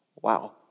Wow